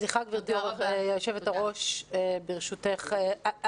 סליחה גבירתי יושבת-הראש, ברשותך.